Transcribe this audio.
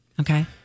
Okay